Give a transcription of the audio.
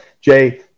Jay